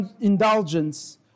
indulgence